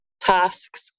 tasks